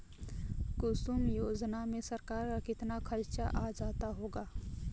कुसुम योजना में सरकार का कितना खर्चा आ जाता होगा